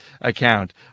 account